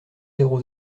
zéro